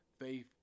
faith